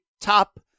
top